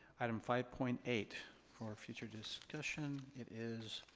item five point eight for future discussion, it is